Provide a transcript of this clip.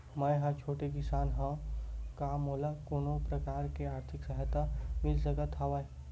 मै ह छोटे किसान हंव का मोला कोनो प्रकार के आर्थिक सहायता मिल सकत हवय?